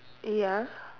ya